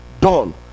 Done